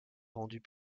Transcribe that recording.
rendue